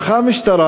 הלכה המשטרה,